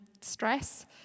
stress